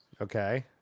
Okay